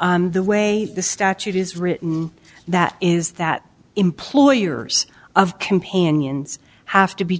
the way the statute is written that is that employers of companions have to be